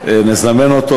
נזמן אותו,